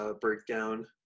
breakdown